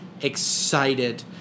excited